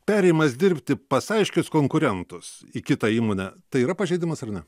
perėjimas dirbti pas aiškius konkurentus į kitą įmonę tai yra pažeidimas ar ne